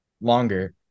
longer